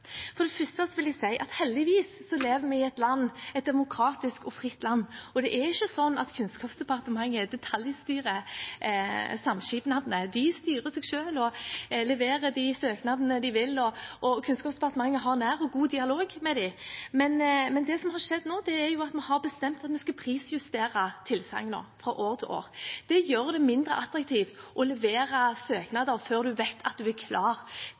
For det første vil jeg si at heldigvis lever vi i et demokratisk og fritt land, og det er ikke slik at Kunnskapsdepartementet detaljstyrer samskipnadene. De styrer seg selv og leverer de søknadene de vil, og Kunnskapsdepartementet har nær og god dialog med dem. Men det som har skjedd nå, er at vi har bestemt at vi skal prisjustere tilsagnene fra år til år. Det gjør det mindre attraktivt å levere søknader før en vet at en er klar